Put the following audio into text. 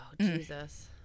Jesus